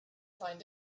find